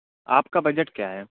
آپ کا بجٹ کیا ہے